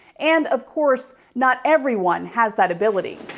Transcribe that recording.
and of course not everyone has that ability.